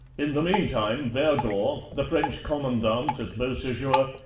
in the meantime vergor, the french commandant at beausejour,